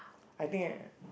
I think uh